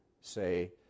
say